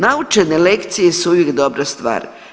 Naučene lekcije su uvijek dobra stvar.